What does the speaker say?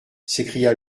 s’écria